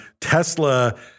tesla